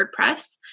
WordPress